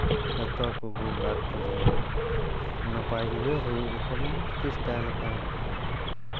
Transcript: ᱡᱚᱛᱚ ᱠᱚᱠᱚ ᱜᱟᱨᱰ ᱛᱟᱵᱚᱱᱟ ᱱᱟᱯᱟᱭ ᱛᱮᱜᱮ ᱦᱩᱭᱩᱜ ᱞᱮᱠᱟ ᱵᱚᱱ ᱪᱮᱥᱴᱟᱭ ᱞᱮᱠᱟ